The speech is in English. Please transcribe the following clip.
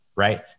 right